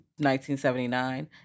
1979